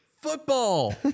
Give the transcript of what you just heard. Football